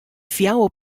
fjouwer